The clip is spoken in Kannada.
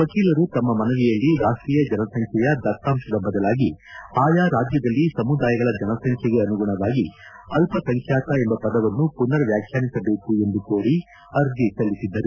ವಕೀಲರು ತಮ್ಮ ಮನವಿಯಲ್ಲಿ ರಾಷ್ಟೀಯ ಜನಸಂಬ್ದೆಯ ದತ್ತಾಂಶದ ಬದಲಾಗಿ ಆಯಾ ರಾಜ್ಯದಲ್ಲಿ ಸಮುದಾಯಗಳ ಜನಸಂಖ್ಯೆಗೆ ಅನುಗುಣವಾಗಿ ಅಲ್ಲಸಂಖ್ಯಾತ ಎಂಬ ಪದವನ್ನು ಪುನರ್ ವ್ಯಾಖ್ಯಾನಿಸಬೇಕು ಎಂದು ಕೋರಿ ಅರ್ಜಿ ಸಲ್ಲಿಸಿದ್ದರು